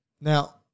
Now